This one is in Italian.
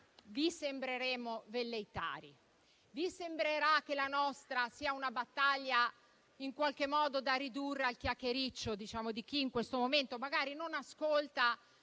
vi sembreremo velleitari, vi sembrerà che la nostra sia una battaglia in qualche modo da ridurre al chiacchiericcio di chi in questo momento, magari non ascolta,